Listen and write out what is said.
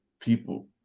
people